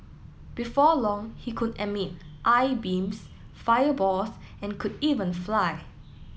before long he could emit eye beams fireballs and could even fly